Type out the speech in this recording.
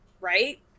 right